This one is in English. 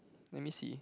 let me see